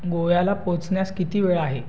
गोव्याला पोहोचण्यास किती वेळ आहे